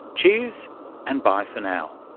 cheers and bye for now